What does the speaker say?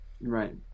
Right